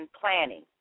planning